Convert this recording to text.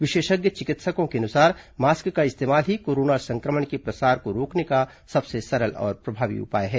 विशेषज्ञ चिकित्सकों के अनुसार मास्क का इस्तेमाल ही कोरोना संक्रमण के प्रसार को रोकने का सबसे सरल और प्रभावी उपाय है